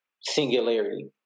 singularity